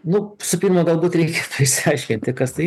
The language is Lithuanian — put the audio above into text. nu visų pirmą galbūt reikia išsiaiškinti kas tai